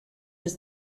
des